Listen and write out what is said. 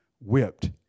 whipped